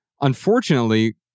unfortunately